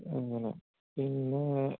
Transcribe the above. അങ്ങനെ പിന്നെ